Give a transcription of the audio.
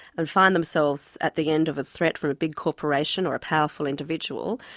and find themselves at the end of a threat from a big corporation or a powerful individual,